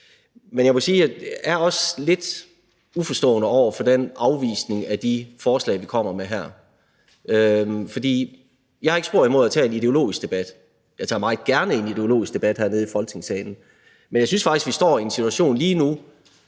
at jeg også er lidt uforstående over for den afvisning af de forslag, vi kommer med her. Jeg har ikke spor imod at tage en ideologisk debat. Jeg tager meget gerne en ideologisk debat hernede i Folketingssalen, men jeg synes faktisk, vi står i en situation lige nu,